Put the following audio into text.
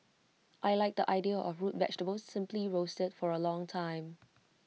I Like the idea of root vegetables simply roasted for A long time